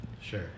Sure